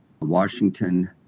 Washington